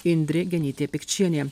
indrė genytė pikčienė